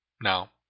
Now